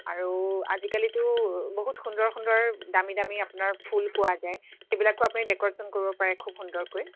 আৰু আজিকালিতো বহুত সুন্দৰ সুন্দৰ দামী দামী আপোনাৰ ফুল পোৱা যায় সেইবিলাকো আপুনি ডেক'ৰেচন কৰিব পাৰে খুব সুন্দৰকৈ